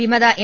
വിമത എം